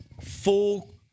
full